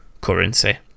currency